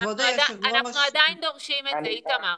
אנחנו עדיין דורשים את זה, איתמר.